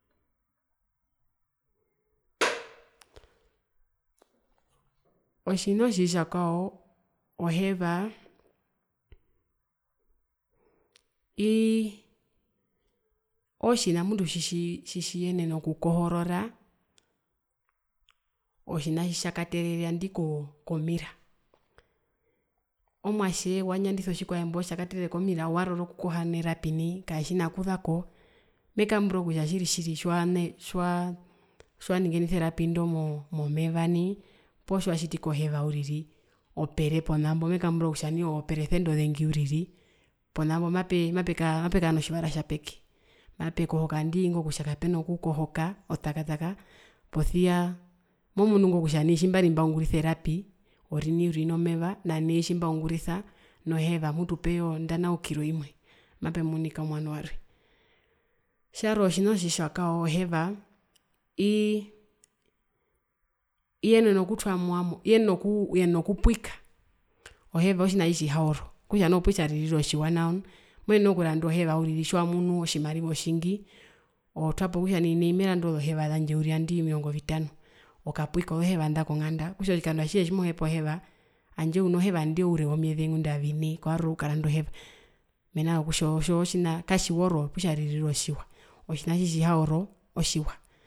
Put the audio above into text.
Otjina otjitjakwao oheva iii ootjina mututjitjiyenena okukohorora otjina tjitjakaterere nadii kooko komira, omwatje wanyandisa otjikwae mbo waroro kukoha nerapi nai katjina kuzako mekambura kutja tjiritjiri tjiwanyingenisa erapi ndo momeva nai poo tjiwatjiti koheva uriri opere ponambo mekambura kutja ozoperesende ozengi uriri pona mbo mape mape kara notjivara tjapeke mapekohoka nandii kutja kapena kukohoka otakataka posia momunu kutja tjimbari ambaungurisa erapi orini uriri nomeva nanai tjimbaungurisa noheva mutu peya ondanaukiro imwe mapemunika omwano warwe. Tjarwe otjina otjitjakwao oheva iii iyenena okutwamewa iyenena okukuu okuu uyenena okupwika, oheva otjina tjitjihaoro okutja oputjaririra otjiwa nao nu? Moyenene okuranda oheva uriri tjiwamunu otjimariva otjingi otwapo kutja nai meranda ozoheva zandje nadii omirongo vitano okkapwika ozoheva nda konganda okutja otjikando atjihe tjimohepa oheva tjandje uno heva nandae oure womyeze ngunda vine kowarora okukaranda oheva, mena rokutja otjo tjina katjiworo putjaririra otjiwa, otjina tjitjihaoro, otjiwa.